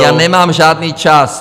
Já nemám žádný čas!